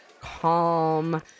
calm